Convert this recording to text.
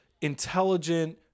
intelligent